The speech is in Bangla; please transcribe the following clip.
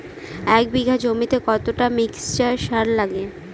এক বিঘা জমিতে কতটা মিক্সচার সার লাগে?